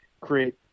create